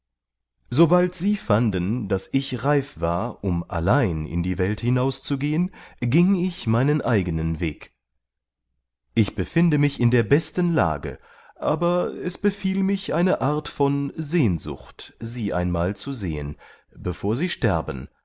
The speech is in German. sobald sie fanden daß ich reif war um allein in die welt hinauszugehen ging ich meinen eigenen weg ich befinde mich in der besten lage aber es befiel mich eine art von sehnsucht sie einmal zu sehen bevor sie sterben